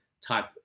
type